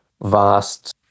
vast